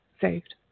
saved